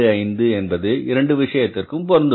25 என்பது 2 விஷயத்திற்கும் பொருந்தும்